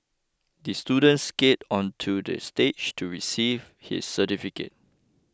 the student skated onto the stage to receive his certificate